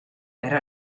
per